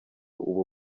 ubu